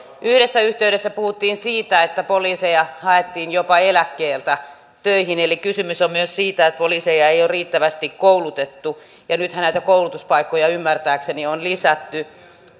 yhdessä yhteydessä puhuttiin siitä että poliiseja haettiin jopa eläkkeeltä töihin eli kysymys on myös siitä että poliiseja ei ole riittävästi koulutettu nythän näitä koulutuspaikkoja ymmärtääkseni on lisätty